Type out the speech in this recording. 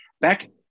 back